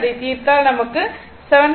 அதை தீர்த்தால் நமக்கு 7